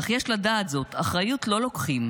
אך יש לדעת זאת: אחריות לא לוקחים,